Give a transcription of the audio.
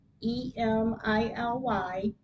E-M-I-L-Y